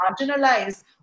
marginalized